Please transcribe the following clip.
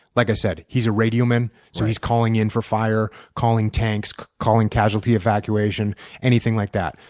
like i said, he's a radioman so he's calling in for fire, calling tanks, calling casualty evacuation anything like that.